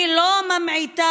אני לא ממעיטה